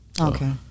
Okay